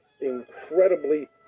incredibly